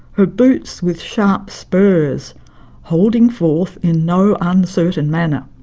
her boots with sharp spurs holding forth in no uncertain manner.